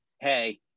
hey